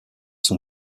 son